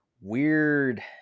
weird